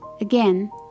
again